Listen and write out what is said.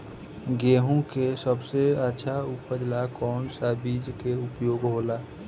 गेहूँ के सबसे अच्छा उपज ला कौन सा बिज के उपयोग होला?